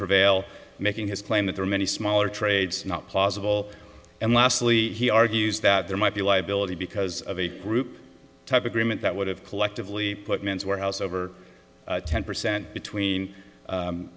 prevail making his claim that there are many smaller trades not possible and lastly he argues that there might be liability because of a group type agreement that would have collectively put men's wearhouse over ten percent between